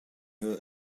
her